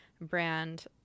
brand